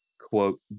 quote